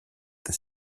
des